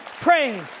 praise